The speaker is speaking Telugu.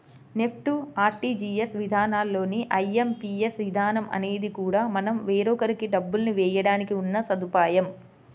నెఫ్ట్, ఆర్టీజీయస్ విధానాల్లానే ఐ.ఎం.పీ.ఎస్ విధానం అనేది కూడా మనం వేరొకరికి డబ్బులు వేయడానికి ఉన్న సదుపాయం